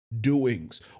doings